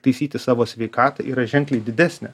taisyti savo sveikatą yra ženkliai didesnė